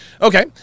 Okay